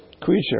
creature